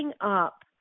up